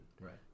Right